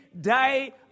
day